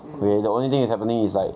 okay the only thing that is happening is like